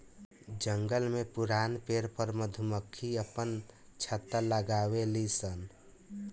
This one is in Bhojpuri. जंगल में पुरान पेड़ पर मधुमक्खी आपन छत्ता लगावे लिसन